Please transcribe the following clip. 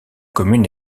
commune